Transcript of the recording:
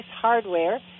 hardware